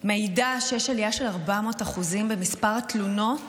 מעידה שיש עלייה של 400% במספר התלונות